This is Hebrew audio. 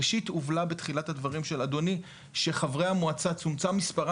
ראשית הובנה בתחילת הדברים של אדוני שחברי המועצה צומצם מספרם